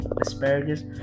asparagus